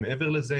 ומעבר לזה,